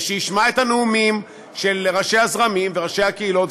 וישמע את הנאומים של ראשי הזרמים וראשי הקהילות,